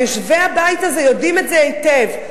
ויושבי הבית הזה יודעים את זה היטב.